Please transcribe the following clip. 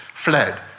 fled